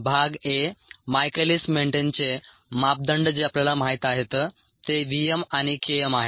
भाग a Michaelis मेंटेनचे मापदंड जे आपल्याला माहित आहेत ते v m आणि K m आहेत